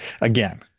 again